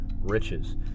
riches